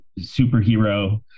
superhero